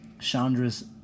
Chandra's